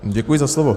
Děkuji za slovo.